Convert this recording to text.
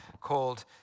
called